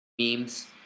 memes